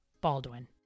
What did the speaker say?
Baldwin